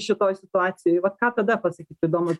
šitoj situacijoj vat ką tada pasakyt įdomu